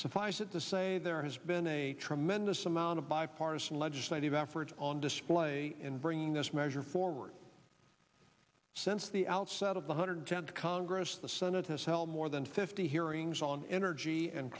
suffice it to say there has been a tremendous amount of bipartisan legislative effort on display in bringing this measure forward since the outset of the hundred tenth congress the senate has held more than fifty hearings on energy and